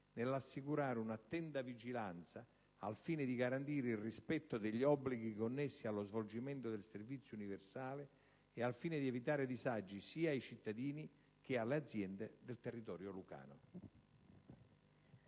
nell'assicurare una attenta vigilanza al fine di garantire il rispetto degli obblighi connessi allo svolgimento del servizio universale, al fine di evitare disagi sia ai cittadini che alle aziende del territorio lucano.